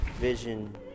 vision